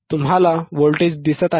तुम्हाला व्होल्टेज दिसत आहे